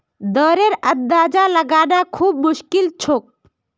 दरेर अंदाजा लगाना खूब मुश्किल छोक